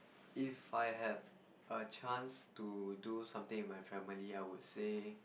if I had a chance to do something with my family I would say